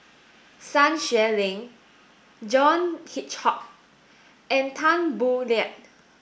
Sun Xueling John Hitchcock and Tan Boo Liat